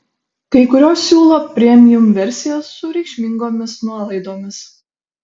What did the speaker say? kai kurios siūlo premium versijas su reikšmingomis nuolaidomis